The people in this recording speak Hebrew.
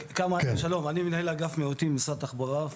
אני מנהל אגף מיעוטים במשרד התחבורה.